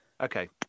Okay